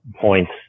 points